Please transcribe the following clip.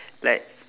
like